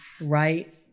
right